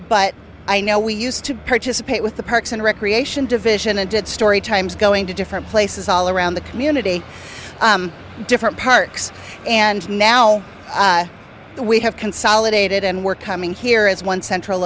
but i know we used to participate with the parks and recreation division and did story times going to different places all around the community different parks and now that we have consolidated and we're coming here as one central